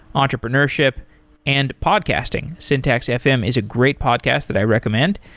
entrepreneurship and podcasting. syntax fm is a great podcast that i recommend.